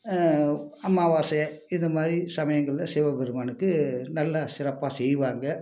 அமாவாசை இதுமாரி சமயங்கள்ல சிவபெருமானுக்கு நல்லா சிறப்பாக செய்வாங்க